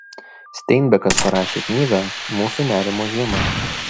steinbekas parašė knygą mūsų nerimo žiema